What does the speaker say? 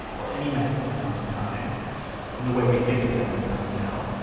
or any method for telling time in the way we think of telling time now.